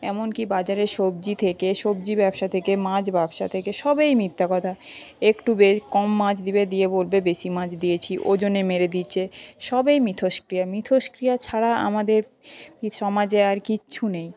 এমনকি বাজারে সবজি থেকে সবজি ব্যবসা থেকে মাছ ব্যবসা থেকে সবেই মিথ্যা কথা একটু কম মাছ দিবে দিয়ে বলবে বেশি মাছ দিয়েছি ওজনে মেরে দিচ্ছে সবেই মিথস্ক্রিয়া মিথস্ক্রিয়া ছাড়া আমাদের এই সমাজে আর কিচ্ছু নেই